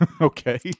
Okay